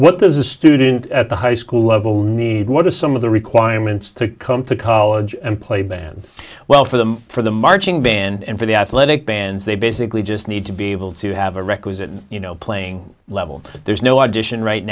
student at the high school level need what are some of the requirements to come to college and play band well for them for the marching band and for the athletic bands they basically just need to be able to have a requisite you know playing level but there's no audition right